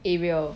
aerial